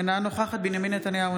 אינה נוכחת בנימין נתניהו,